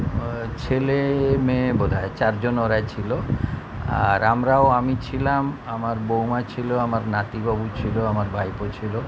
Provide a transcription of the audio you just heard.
আর ছেলে মেয়ে বোধহয় চারজন ওরা ছিল আর আমরাও আমি ছিলাম আমার বৌমা ছিল আমার নাতিবাবু ছিল আমার ভাইপো ছিল